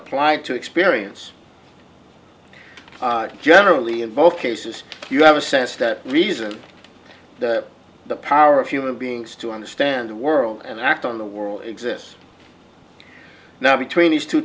apply to experience generally in both cases you have a sense that reason the power of human beings to understand the world and act on the world exists now between these two